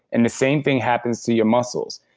and the same thing happens to your muscles.